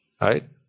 right